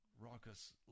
raucous